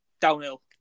downhill